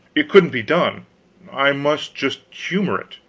it couldn't be done i must just humor it.